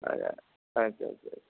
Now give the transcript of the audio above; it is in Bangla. আছা আচ্ছা আচ্ছা